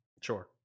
Sure